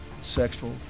sexual